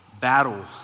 battle